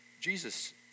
Jesus